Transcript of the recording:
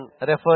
refer